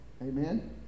Amen